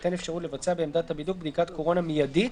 תינתן אפשרות לבצע בעמדת הבידוק בדיקת קורונה מיידית